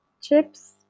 chips